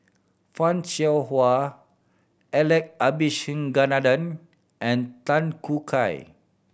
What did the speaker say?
Fan Shao Hua Alex Abisheganaden and Tan Choo Kai